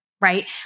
right